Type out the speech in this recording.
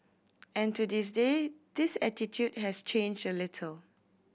and to this day this attitude has changed little